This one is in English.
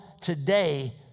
today